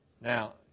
Now